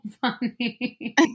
funny